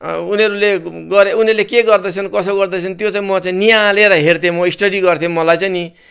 उनीहरूले गरे उनीहरूले के गर्दैछन् कसो गर्दैछन् त्यो चाहिँ म नियालेर हेर्थेँ म स्टडी गर्थेँ मलाई चाहिँ नि